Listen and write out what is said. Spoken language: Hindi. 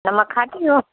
नमक खाती हो